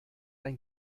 ein